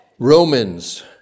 Romans